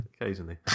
Occasionally